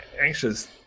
anxious